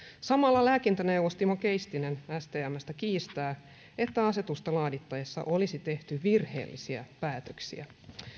samalla lääkintöneuvos timo keistinen stmstä kiistää että asetusta laadittaessa olisi tehty virheellisiä päätöksiä